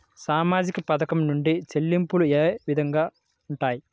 సామాజిక పథకం నుండి చెల్లింపులు ఏ విధంగా ఉంటాయి?